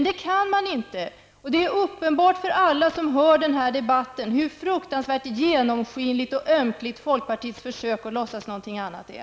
Det kan man inte, och det är uppenbart för alla som hör den här debatten hur fruktansvärt genomskinligt och ömkligt folkpartiets försök att låtsas någonting annat är.